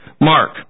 Mark